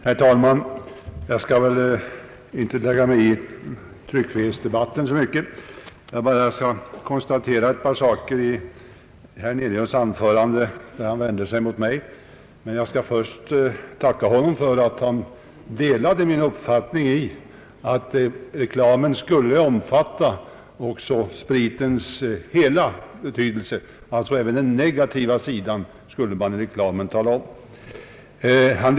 Herr talman! Jag skall inte lägga mig i denna tryckfrihetsdebatt så mycket. Jag vill bara kommentera en sak i herr Hernelius anförande, när han vänder sig mot mig. Jag skall dock först tacka honom för att han delade min uppfattning att reklamen skulle omfatta spritens hela betydelse. Även spritens negativa följder skulle alltså omtalas i reklamen.